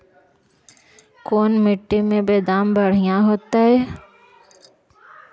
कोन मट्टी में बेदाम बढ़िया होतै?